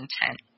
intent